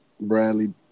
Bradley